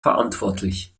verantwortlich